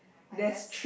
I guess